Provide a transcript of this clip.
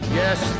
yes